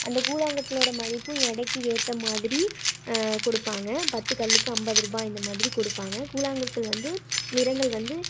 அந்த கூழாங்கற்களோட மதிப்பும் எடைக்கு ஏற்ற மாதிரி கொடுப்பாங்க பத்து கல்லுக்கு ஐம்பது ரூபாய் இந்த மாதிரி கொடுப்பாங்க கூழாங்கற்கள் வந்து நிறங்கள் வந்து